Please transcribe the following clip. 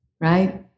right